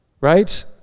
right